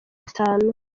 itanu